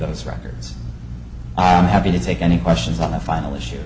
those records i am happy to take any questions on the final issue